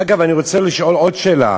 אגב, אני רוצה לשאול עוד שאלה: